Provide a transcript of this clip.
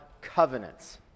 covenants